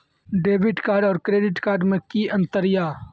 Debit card और credit card मे कि अंतर या?